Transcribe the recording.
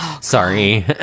sorry